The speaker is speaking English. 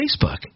Facebook